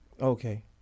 Okay